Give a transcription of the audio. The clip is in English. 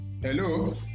Hello